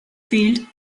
field